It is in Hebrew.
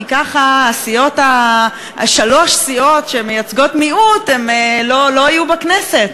כי ככה שלוש הסיעות שמייצגות מיעוט לא יהיו בכנסת,